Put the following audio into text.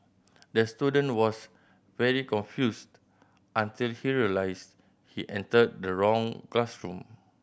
the student was very confused until he realised he entered the wrong classroom